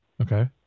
Okay